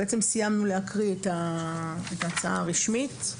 סיימנו להקריא את ההצעה הרשמית.